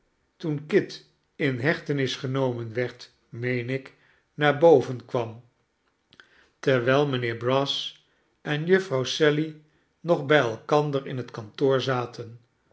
toen kit in hechtenis genomen werd meen ik naar boven kwam terwijl mijnheer brass en jufvrouw sally nog bij elkander in het kantoor zaten